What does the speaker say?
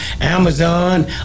Amazon